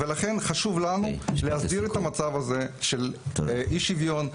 חשוב לנו להסדיר את המצב הזה של אי שוויון,